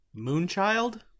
Moonchild